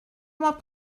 moi